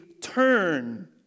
turn